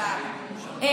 הממשלה רצתה לגלגל,